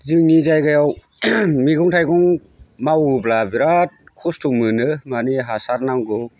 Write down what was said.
जोंनि जायगायाव मैगं थाइगं मावोब्ला बिराद खस्थ'मोनो मानि हासार नांगौ